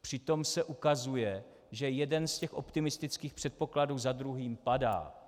Přitom se ukazuje, že jeden z těch optimistických předpokladů za druhým padá.